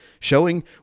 showing